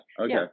Okay